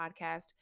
podcast